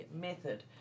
method